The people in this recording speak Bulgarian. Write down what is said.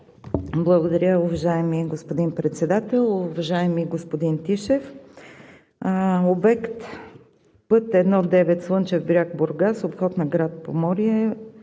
Благодаря, уважаеми господин Председател. Уважаеми господин Тишев, обект път 1-9 Слънчев бряг – Бургас, обход на град Поморие,